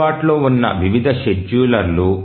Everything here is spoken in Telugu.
అందుబాటులో ఉన్న వివిధ షెడ్యూలర్లు